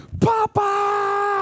Papa